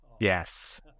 Yes